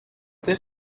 this